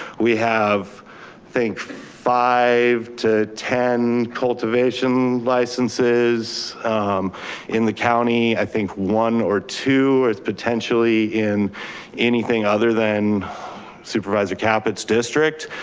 we have, i think, five to ten cultivation licenses in the county. i think one or two are potentially in anything other than supervisor caput's district.